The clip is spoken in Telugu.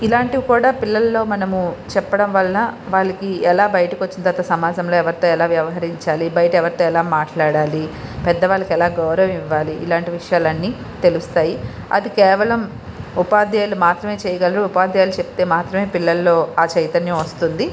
ఇలాంటివి కూడా పిల్లల్లో మనము చెప్పడం వల్ల వాళ్ళకి ఎలా బయటకి వచ్చిన తరువాత సమాజంలో ఎవరితో ఎలా వ్యవహరించాలి బయట ఎవరితో ఎలా మాట్లాడాలి పెద్దవాళ్ళకి ఎలా గౌరవం ఇవ్వాలి ఇలాంటి విషయాలన్నీ తెలుస్తాయి అది కేవలం ఉపాధ్యాయులు మాత్రమే చేయగలరు ఉపాధ్యాయులు చెప్తే మాత్రమే పిల్లలలో ఆ చైతన్యం వస్తుంది